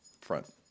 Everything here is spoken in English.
front